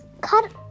Cut